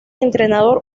entrenador